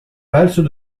valses